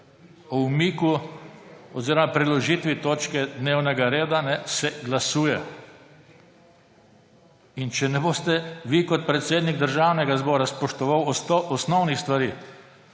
O umiku oziroma preložitvi točke dnevnega reda se glasuje. Če ne boste vi kot predsednik Državnega zbora spoštovali osnovnih stvari,